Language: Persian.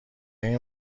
این